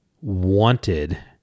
wanted